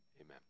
Amen